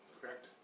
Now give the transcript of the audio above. correct